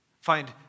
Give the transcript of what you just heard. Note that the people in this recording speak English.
Find